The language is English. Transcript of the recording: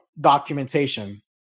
documentation